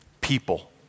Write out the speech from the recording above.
people